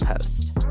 Post